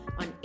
on